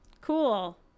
Cool